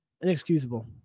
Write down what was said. Inexcusable